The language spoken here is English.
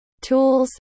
tools